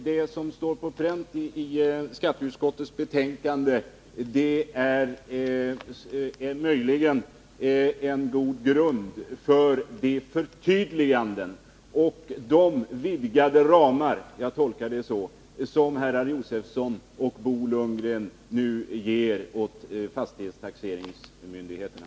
Det som står på pränt i skatteutskottets betänkande är möjligen en god grund för de förtydliganden och de vidgade ramar — jag tolkar det så — som herrar Josefson och Lundgren nu ger åt fastighetstaxeringsmyndigheterna.